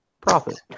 profit